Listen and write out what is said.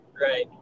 right